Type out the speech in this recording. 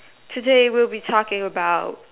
today we'll be talking about